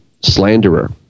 slanderer